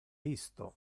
isto